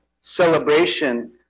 celebration